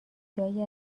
جایی